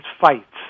fights